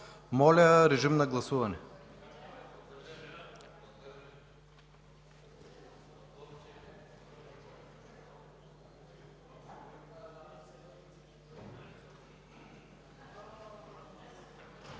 Моля, режим на гласуване.